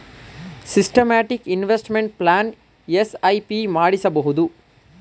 systematic investment plan SIP ಮಾಡಿಸಬಹುದು